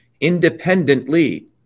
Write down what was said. independently